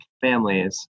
families